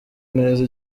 neza